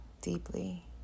Deeply